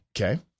Okay